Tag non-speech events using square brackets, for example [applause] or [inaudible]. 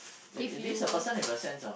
if you [breath]